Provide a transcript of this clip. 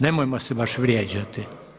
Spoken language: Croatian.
Nemojmo se baš vrijeđati.